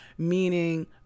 meaning